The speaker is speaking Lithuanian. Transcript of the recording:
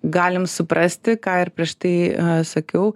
galim suprasti ką ir prieš tai sakiau